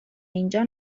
اینجا